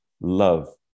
love